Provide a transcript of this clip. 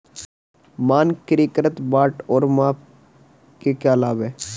मानकीकृत बाट और माप के क्या लाभ हैं?